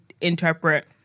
interpret